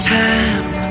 time